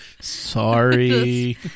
Sorry